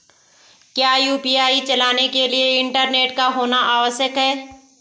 क्या यु.पी.आई चलाने के लिए इंटरनेट का होना आवश्यक है?